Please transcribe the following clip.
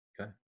Okay